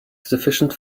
sufficient